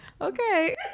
Okay